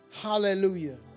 Hallelujah